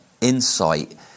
insight